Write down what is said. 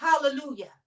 Hallelujah